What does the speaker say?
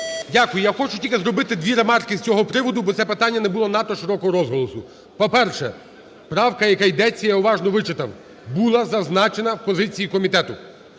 Дякую. Я хочу тільки зробити дві ремарки з цього приводу, бо це питання набуло надто широкого розголосу. По-перше, правка, про яку йдеться, я уважно вичитав, була зазначена у позиції комітету.